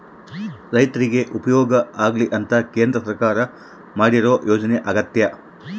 ರೈರ್ತಿಗೆ ಉಪಯೋಗ ಆಗ್ಲಿ ಅಂತ ಕೇಂದ್ರ ಸರ್ಕಾರ ಮಾಡಿರೊ ಯೋಜನೆ ಅಗ್ಯತೆ